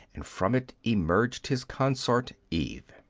and from it emerged his consort. eve.